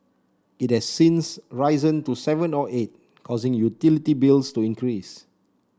it has since risen to seven or eight causing utility bills to increase